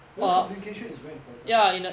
because communication is very important